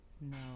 no